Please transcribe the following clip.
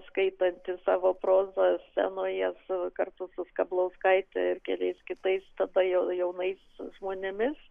skaitantį savo prozą scenoje su kartu su skablauskaite ir keliais kitais tada jau jaunais žmonėmis